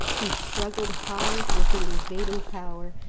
he struggled hard with the invading power.